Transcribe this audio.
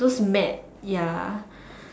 those mat ya